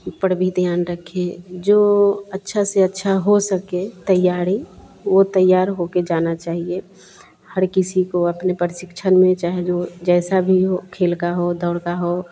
पर भी ध्यान रखे जो अच्छा से अच्छा हो सके तैयारी वह तैयार हो के जाना चाहिए हर किसी को अपने प्रशिक्षण में चाहे जो जैसा भी हो खेल का हो दौड़ का हो